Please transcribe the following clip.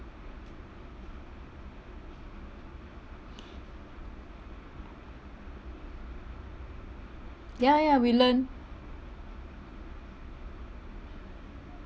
ya ya we learn